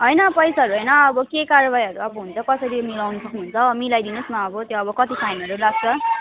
होइन पैसाहरू होइन अब के कारवाहीहरू अब हुन्छ कसरी मिलाउनु सक्नु हुन्छ मिलाइदिनु होस् न अब त्यो अब कति फाइनहरू लाग्छ